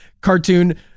cartoon